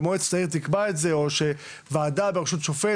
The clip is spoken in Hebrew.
מועצת העיר תקבע את זה או שוועדה ברשות שופט